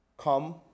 come